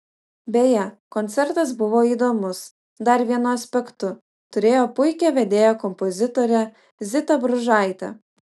beje koncertas buvo įdomus dar vienu aspektu turėjo puikią vedėją kompozitorę zitą bružaitę